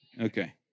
Okay